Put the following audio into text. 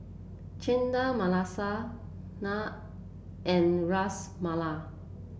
Chana Masala Naan and Ras Malai